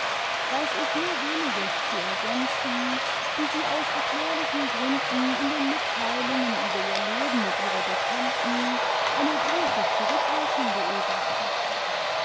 weiß ich nur weniges zu ergänzen die sie aus erklärlichen gründen in den mitteilungen über ihr leben und ihre bekannten eine große zurückhaltung beobachtete